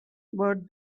but